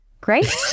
Great